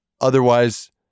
otherwise